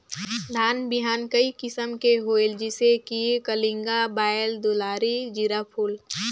धान बिहान कई किसम के होयल जिसे कि कलिंगा, बाएल दुलारी, जीराफुल?